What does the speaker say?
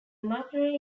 makerere